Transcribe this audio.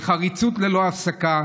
בחריצות ללא הפסקה,